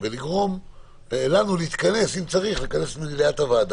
כאילו לאט לאט מתרגלים אליו יותר ויותר בתודעה,